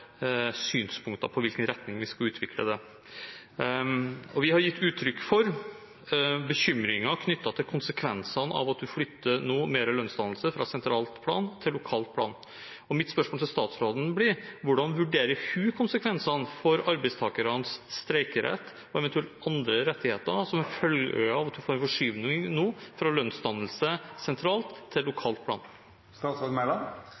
gitt uttrykk for bekymringer knyttet til konsekvensene av at en nå flytter mer av lønnsdannelsen fra sentralt til lokalt plan. Mitt spørsmål til statsråden blir: Hvordan vurderer hun konsekvensene for arbeidstakernes streikerett og eventuelt andre rettigheter som følge av at en får en forskyvning av lønnsdannelsen fra sentralt til